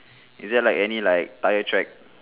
is it like any like tyre track